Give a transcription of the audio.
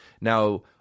Now